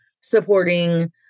supporting